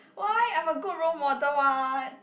why I'm a good role model [what]